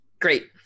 Great